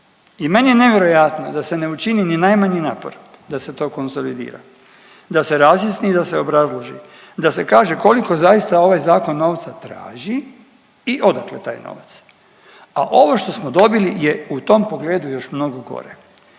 i meni je nevjerojatno da se ne učini ni najmanji napor da se to konsolidira, da se razjasni, da se obrazloži, da se kaže koliko zaista ovaj zakon novca traži i odakle taj novac. Ali ovo što smo dobili je u tom pogledu još mnogo gore